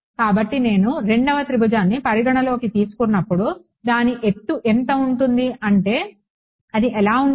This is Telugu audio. కాబట్టి నేను రెండవ త్రిభుజాన్ని పరిగణనలోకి తీసుకున్నప్పుడు దాని ఎత్తు ఎంత ఉంటుంది అంటే అది ఎలా ఉంటుంది